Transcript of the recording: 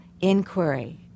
inquiry